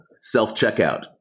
Self-checkout